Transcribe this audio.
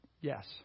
Yes